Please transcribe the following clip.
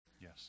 Yes